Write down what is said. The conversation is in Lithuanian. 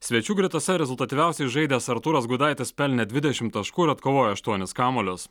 svečių gretose rezultatyviausiai žaidęs artūras gudaitis pelnė dvidešim taškų ir atkovojo aštuonis kamuolius